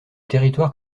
territoire